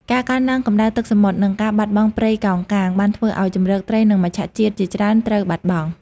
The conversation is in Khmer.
ការកើនឡើងកម្ដៅទឹកសមុទ្រ និងការបាត់បង់ព្រៃកោងកាង បានធ្វើឱ្យជម្រកត្រីនិងមច្ឆជាតិជាច្រើនត្រូវបាត់បង់។